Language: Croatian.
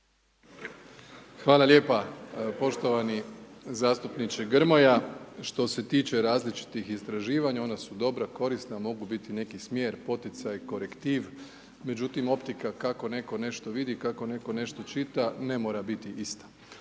Hvala lijepa. Poštovani zastupniče Grmoja, što se tiče različitih istraživanja, ona su dobra, korisna, mogu biti i neki smjer, poticaj, korektiv, međutim optika kako netko nešto vidi, kako netko nešto čita ne mora biti ista.